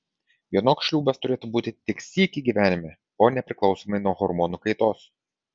vienok šliūbas turėtų būti tik sykį gyvenime o ne priklausomai nuo hormonų kaitos